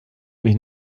mich